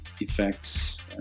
effects